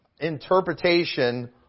interpretation